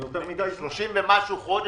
30 ומשהו חודש.